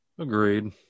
Agreed